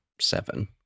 seven